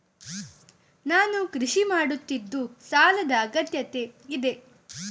ನಾನು ಕೃಷಿ ಮಾಡುತ್ತಿದ್ದು ಸಾಲದ ಅಗತ್ಯತೆ ಇದೆ?